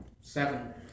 seven